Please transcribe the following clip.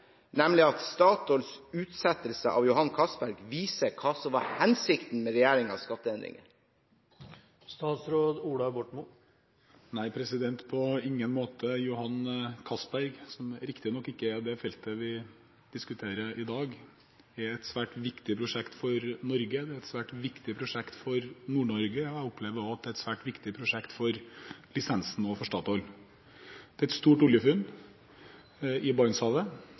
nemlig at Statoils utsettelse av Johan Castberg viser hva som var hensikten med regjeringens skatteendringer? Nei, på ingen måte. Johan Castberg – som riktignok ikke er det feltet vi diskuterer i dag – er et svært viktig prosjekt for Norge, det er et svært viktig prosjekt for Nord-Norge. Jeg opplever også at det er et svært viktig prosjekt for lisensen overfor Statoil. Det er et stort oljefunn i Barentshavet.